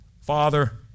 Father